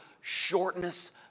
shortness